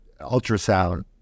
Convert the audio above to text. ultrasound